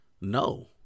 No